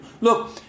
Look